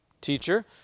Teacher